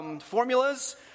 Formulas